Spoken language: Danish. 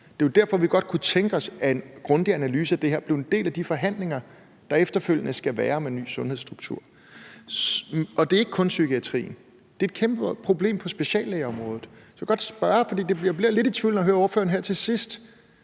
Det er derfor, vi godt kunne tænke os, at en grundig analyse af det her blev en del af de forhandlinger, der efterfølgende skal være om en ny sundhedsstruktur. Og det er ikke kun psykiatrien. Det er også et kæmpeproblem på speciallægeområdet. Jeg bliver lidt i tvivl, når jeg hører ordføreren her til sidst